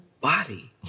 body